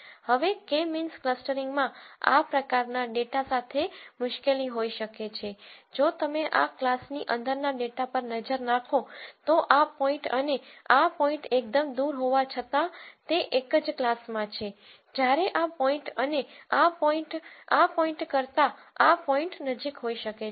હવે K means ક્લસ્ટરીંગમાં આ પ્રકારના ડેટા સાથે મુશ્કેલી હોઈ શકે છે જો તમે આ ક્લાસની અંદરના ડેટા પર નજર નાખો તો આ પોઈન્ટ અને આ પોઈન્ટ એકદમ દૂર હોવા છતાં તે એક જ ક્લાસમાં છે જ્યારે આ પોઈન્ટ અને આ પોઈન્ટ આ પોઈન્ટ કરતાં આ પોઈન્ટ નજીક હોઈ શકે છે